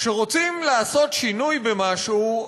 כשרוצים לעשות שינוי במשהו,